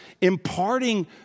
imparting